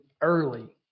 early